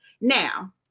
Now